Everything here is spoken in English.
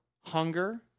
Hunger